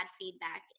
feedback